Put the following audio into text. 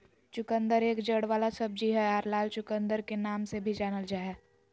चुकंदर एक जड़ वाला सब्जी हय आर लाल चुकंदर के नाम से भी जानल जा हय